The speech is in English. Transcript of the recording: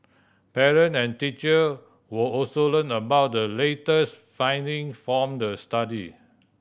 parent and teacher will also learn about the latest finding form the study